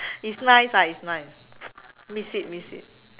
is nice ah is nice miss it miss it